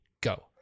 Go